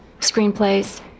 screenplays